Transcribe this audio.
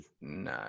No